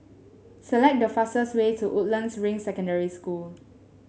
select the fastest way to Woodlands Ring Secondary School